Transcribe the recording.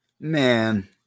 Man